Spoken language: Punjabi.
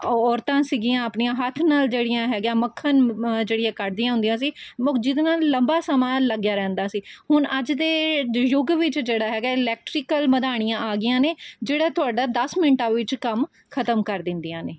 ਔਰਤਾਂ ਸੀਗੀਆਂ ਆਪਣੀਆਂ ਹੱਥ ਨਾਲ਼ ਜਿਹੜੀਆਂ ਹੈਗਾ ਮੱਖਣ ਜਿਹੜੀ ਕੱਢਦੀਆਂ ਹੁੰਦੀਆਂ ਸੀ ਜਿਹਦੇ ਨਾਲ਼ ਲੰਬਾ ਸਮਾਂ ਲੱਗਿਆ ਰਹਿੰਦਾ ਸੀ ਹੁਣ ਅੱਜ ਦੇ ਯੁੱਗ ਵਿੱਚ ਜਿਹੜਾ ਹੈਗਾ ਇਲੈਕਟ੍ਰੀਕਲ ਮਧਾਣੀਆਂ ਆ ਗਈਆਂ ਨੇ ਜਿਹੜਾ ਤੁਹਾਡਾ ਦਸ ਮਿੰਟਾਂ ਵਿੱਚ ਕੰਮ ਖਤਮ ਕਰ ਦਿੰਦੀਆਂ ਨੇ